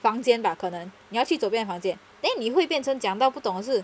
房间吧可能你要去左边房间 then 你会变成讲到不懂事